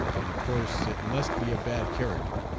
and of course it must be a bad character.